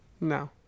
No